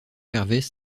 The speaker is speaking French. gervais